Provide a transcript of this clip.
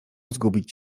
zgubić